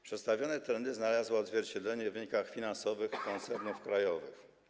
Przedstawione trendy znalazły odzwierciedlenie w wynikach finansowych koncernów krajowych.